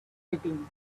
setting